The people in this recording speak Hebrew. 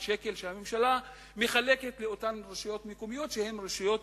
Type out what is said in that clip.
שקל שהממשלה מחלקת לאותן רשויות מקומיות שהן רשויות